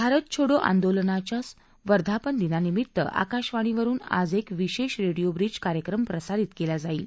भारत छोडो आंदोलनाच्या स्मृतीदिनानिमित्त आकाशवाणीवरून आज एक विशेष रेडिओ ब्रिज कार्यक्रम प्रसारित केला जाईल